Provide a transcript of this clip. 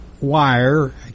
wire